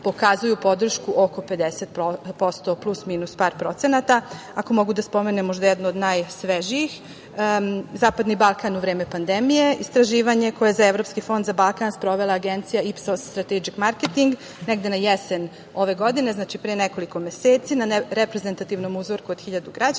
pokazuju podršku oko 50%, plus-minus par procenata. Ako mogu da spomenem možda jedno od najsvežijih. Zapadni Balkan u vreme pandemije, istraživanje koje je za Evropski fonda za Balkan sprovela Agencija „Ipsos stratedžik marketing“ negde na jesen ove godine, znači, pre nekoliko meseci, na reprezentativnom uzorku od hiljadu građana